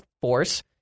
force